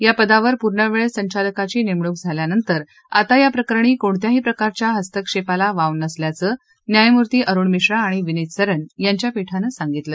या पदावर पूर्ण वेळ संचालकाची नेमणूक झाल्यानंतर आता या प्रकरणी कोणत्याही प्रकारच्या हस्तक्षेपाला वाव नसल्याचं न्यायमूर्ती अरूण मिश्रा आणि विनीत सरन यांच्या पिठानं सांगितलं